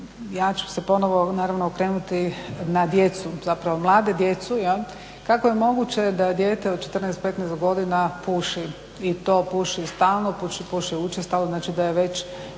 ja ću se ponovno naravno okrenuti na djecu, zapravo mlade, djecu jel'. Kako je moguće da dijete od 14, 15 godina puši i to puši stalno, puši učestalo? Znači da je već